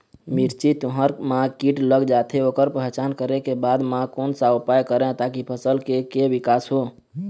मिर्ची, तुंहर मा कीट लग जाथे ओकर पहचान करें के बाद मा कोन सा उपाय करें ताकि फसल के के विकास हो?